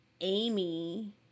Amy